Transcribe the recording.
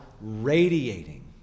radiating